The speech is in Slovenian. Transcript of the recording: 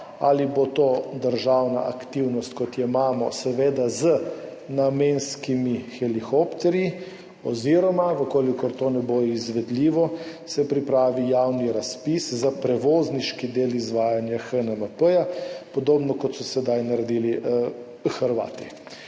ali bo to državna aktivnost, kot jo imamo, seveda z namenskimi helikopterji, oziroma če to ne bo izvedljivo, se pripravi javni razpis za prevozniški del izvajanja HNMP, podobno kot so sedaj naredili Hrvati.